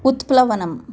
उत्प्लवनम्